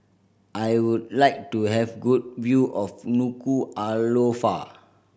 I would like to have good view of Nuku'alofa